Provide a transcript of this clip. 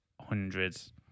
hundreds